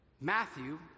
Matthew